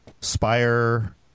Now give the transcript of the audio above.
Spire